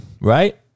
Right